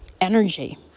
energy